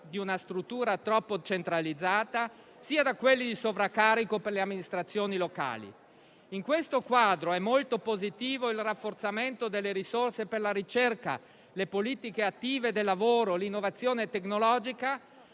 di una struttura troppo centralizzata e da quelli di sovraccarico per le amministrazioni locali. In questo quadro è molto positivo il rafforzamento delle risorse per la ricerca, le politiche attive del lavoro, l'innovazione tecnologica,